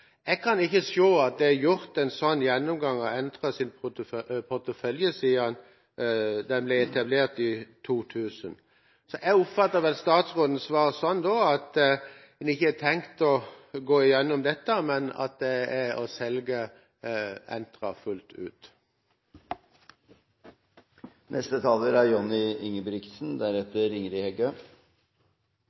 Jeg kan ikke se at det er gjort en sånn gjennomgang av Entras portefølje siden det ble etablert i 2000. Jeg oppfatter statsrådens svar sånn at en ikke har tenkt å gå gjennom dette, men å selge Entra fullt